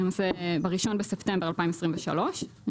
ב-1 בספטמבר 2023,